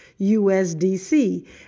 usdc